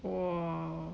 !wow!